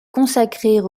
consacrer